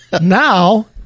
Now